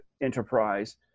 Enterprise